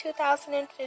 2015